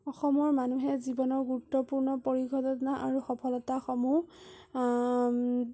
অসমৰ মানুহে জীৱনৰ গুৰুত্বপূৰ্ণ পৰিঘটনা আৰু সফলতাসমূহ